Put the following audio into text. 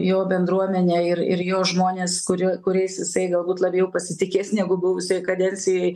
jo bendruomenė ir ir jo žmonės kurie kuriais jisai galbūt labiau pasitikės negu buvusioj kadencijoj